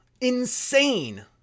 Insane